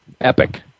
Epic